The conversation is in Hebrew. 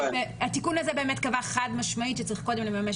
התיקון הזה באמת קבע חד משמעית שצריך קודם לממש